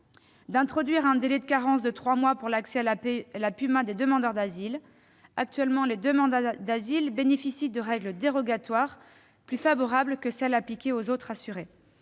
d'introduire un délai de carence de trois mois pour l'accès à la PUMa des demandeurs d'asile. Actuellement, les demandeurs d'asile bénéficient de règles dérogatoires, plus favorables que les dispositions appliquées aux autres assurés.